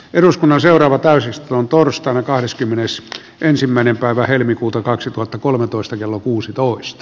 eduskunnan seuraava täysistunto orstaina kahdeskymmenes ensimmäinen päivä helmikuuta kaksituhattakolmetoista kello kuusitoista